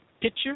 picture